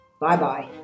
Bye-bye